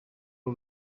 uru